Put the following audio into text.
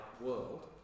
world